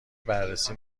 بررسی